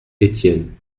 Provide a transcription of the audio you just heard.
étienne